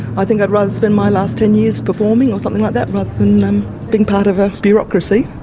i think i'd rather spend my last ten years performing or something like that rather than being part of a bureaucracy.